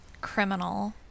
criminal